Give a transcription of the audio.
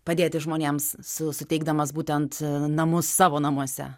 padėti žmonėms su suteikdamas būtent namus savo namuose